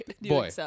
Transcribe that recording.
Boy